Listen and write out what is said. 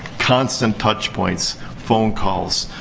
constant touchpoints, phone calls.